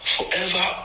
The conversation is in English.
Forever